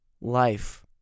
life